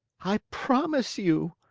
i promise you,